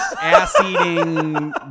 ass-eating